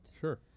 Sure